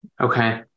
okay